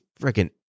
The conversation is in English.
freaking